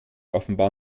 offenbar